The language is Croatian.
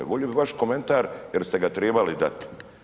Volio bih vaš komentar jer ste ga trebali dati.